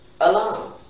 alone